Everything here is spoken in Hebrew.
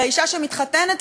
לאישה שמתחתנת,